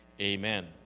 Amen